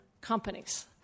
companies